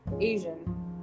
Asian